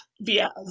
via